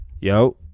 yo